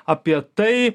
apie tai